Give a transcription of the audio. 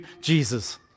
Jesus